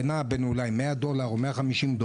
זה נע אולי בין 100 דולר ל-150 דולר.